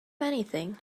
anything